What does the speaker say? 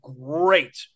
great